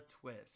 twist